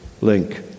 link